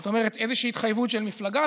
זאת אומרת שהוא איזושהי התחייבות של מפלגה,